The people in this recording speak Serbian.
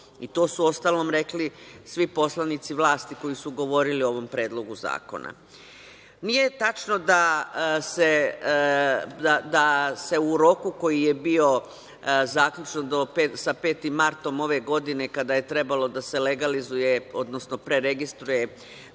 i to su uostalom rekli svi poslanici vlasti koji su govorili o ovom predlogu zakona. Nije tačno da se u roku koji je bio zaključno sa 5. martom ove godine, kada je trebalo da se legalizuje odnosno preregistruje